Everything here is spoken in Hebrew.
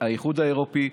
האיחוד האירופי,